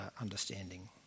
understanding